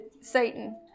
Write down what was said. Satan